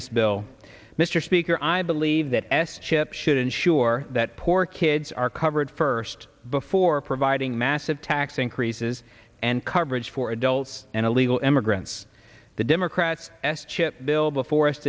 this bill mr speaker i believe that s chip should ensure that poor kids are covered first before providing massive tax increases and coverage for adults and illegal immigrants the democrats s chip bill before us